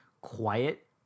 quiet